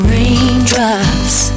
Raindrops